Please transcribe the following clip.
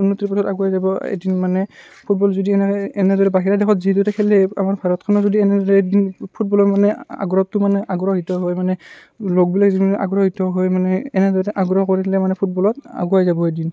উন্নতিৰ পথত আগুৱাই যাব এদিন মানে ফুটবল যদি এনেকে এনেদৰে বাহিৰা দেশত যিদৰে খেলে আমাৰ ভাৰতখনো যদি এনেদৰে এদিন ফুটবলত মানে আগ্ৰহটো মানে আগ্ৰহীতহয় মানে লগবিলাক যিদৰে আগ্ৰহীত হয় মানে এনেদৰে আগ্ৰহ কৰিলে মানে ফুটবলত আগুৱাই যাব এদিন